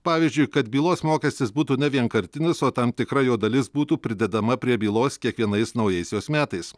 pavyzdžiui kad bylos mokestis būtų ne vienkartinis o tam tikra jo dalis būtų pridedama prie bylos kiekvienais naujais jos metais